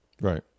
right